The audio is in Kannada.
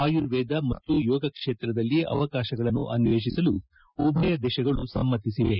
ಆಯುರ್ವೇದ ಮತ್ತು ಯೋಗ ಕ್ಷೇತ್ರದಲ್ಲಿ ಅವಕಾಶಗಳನ್ನು ಅನ್ವೇಷಿಸಲು ಉಭಯ ದೇಶಗಳು ಸಮ್ಮತಿಸಿವೆ